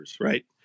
Right